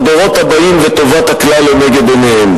הדורות הבאים וטובת הכלל לנגד עיניהם.